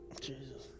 jesus